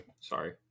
Sorry